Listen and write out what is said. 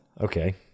Okay